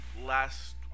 last